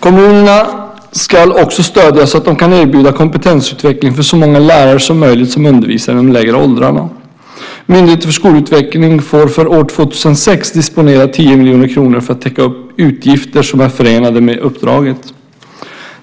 Kommunerna ska också stödjas så att de kan erbjuda kompetensutveckling för så många lärare som möjligt som undervisar i de lägre åldrarna. Myndigheten för skolutveckling får för år 2006 disponera 10 miljoner kronor för att täcka utgifter som är förenade med uppdraget.